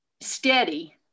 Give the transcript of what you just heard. Steady